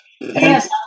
Yes